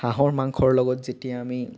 হাঁহৰ মাংস লগত যেতিয়া আমি